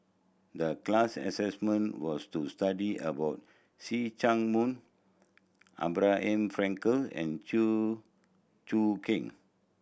the class assignment was to study about See Chak Mun Abraham Frankel and Chew Choo Keng